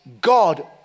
God